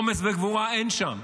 אומץ וגבורה אין שם.